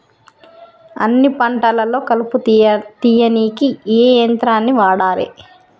అన్ని పంటలలో కలుపు తీయనీకి ఏ యంత్రాన్ని వాడాలే?